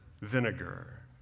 vinegar